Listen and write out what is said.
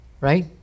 Right